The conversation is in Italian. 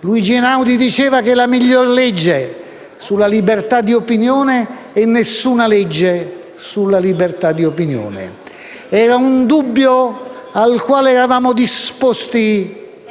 Luigi Einaudi diceva che la migliore legge sulla libertà di opinione è nessuna libertà di opinione. Era un dubbio al quale eravamo disposti